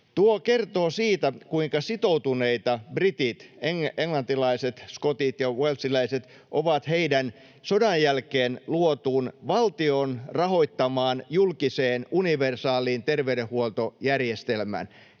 Tuo kertoo siitä, kuinka sitoutuneita britit, englantilaiset, skotit ja walesilaiset ovat heidän sodan jälkeen luotuun valtion rahoittamaan julkiseen, universaaliin terveydenhuoltojärjestelmäänsä,